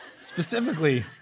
specifically